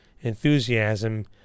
enthusiasm